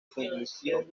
fundición